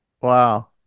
Wow